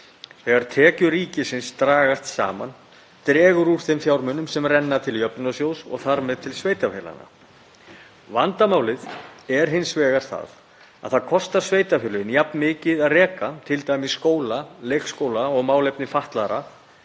þegar tekjur ríkisins dragast saman, dregur úr þeim fjármunum sem renna til jöfnunarsjóðs og þar með til sveitarfélaganna. Vandamálið er hins vegar að það kostar sveitarfélögin jafn mikið að reka t.d. skóla, leikskóla og málefni fatlaðra,